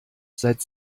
seit